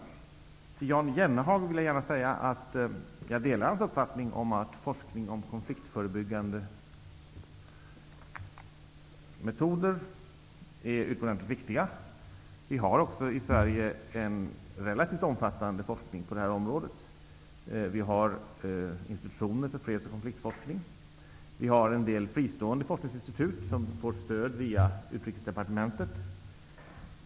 Till Jan Jennehag vill jag gärna säga att jag delar hans uppfattning att forskning om konfliktförebyggande metoder är utomordentligt viktig. Vi har också i Sverige en relativt omfattande forskning på det här området. Vi har institutioner för freds och konfliktforskning. Vi har en del fristående forskningsinstitut som får stöd via Utrikesdepartementet.